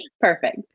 Perfect